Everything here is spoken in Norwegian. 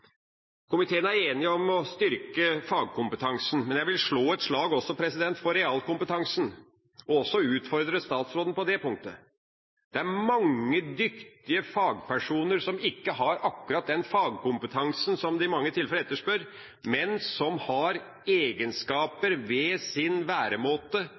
Komiteen er enig om å styrke fagkompetansen, men jeg vil slå et slag også for realkompetansen, og også utfordre statsråden på det punktet. Det er mange dyktige fagpersoner som ikke har akkurat den fagkompetansen som en i mange tilfeller etterspør, men som har egenskaper – ved sin væremåte